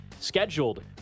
scheduled